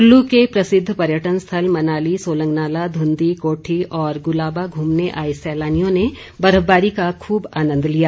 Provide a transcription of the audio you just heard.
कुल्लू के प्रसिद्ध पर्यटन स्थल मनाली सोलंगनाला धुंधी कोठी और गुलाबा घूमने आए सैलानियों ने बर्फबारी का खूब आंनद लिया